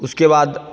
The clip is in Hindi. उसके बाद